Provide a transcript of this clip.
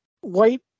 White